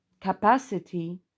capacity